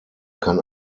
kann